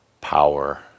Power